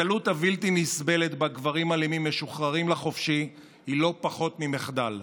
הקלות הבלתי-נסבלת שבה גברים אלימים משוחררים לחופשי היא לא פחות ממחדל.